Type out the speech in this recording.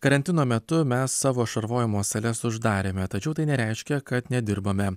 karantino metu mes savo šarvojimo sales uždarėme tačiau tai nereiškia kad nedirbame